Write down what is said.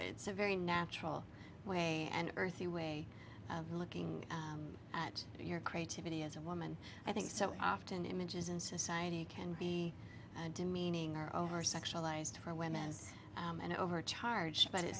it's a very natural way and earthy way of looking at your creativity as a woman i think so often images in society can be demeaning are over sexualized for women is an overcharge but it